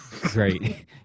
Great